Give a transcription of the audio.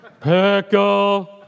pickle